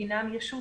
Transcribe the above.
הינם ישות